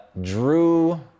Drew